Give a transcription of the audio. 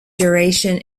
duration